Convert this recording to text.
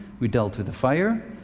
we dealt with the fire,